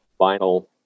vinyl